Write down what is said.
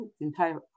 entire